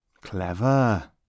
Clever